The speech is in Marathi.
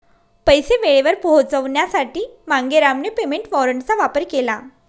पैसे वेळेवर पोहोचवण्यासाठी मांगेरामने पेमेंट वॉरंटचा वापर केला